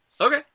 Okay